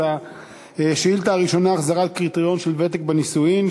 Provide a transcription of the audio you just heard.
אז השאילתה הראשונה: החזרת הקריטריון של ותק בנישואים,